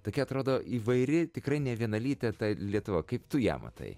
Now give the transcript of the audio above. tokia atrodo įvairi tikrai nevienalytė ta lietuva kaip tu ją matai